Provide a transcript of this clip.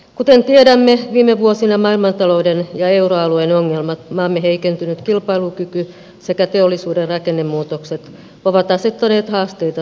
kuten tiedämme viime vuosina maailmantalouden ja euroalueen ongelmat maamme heikentynyt kilpailukyky sekä teollisuuden rakennemuutokset ovat asettaneet haasteita suomen taloudelle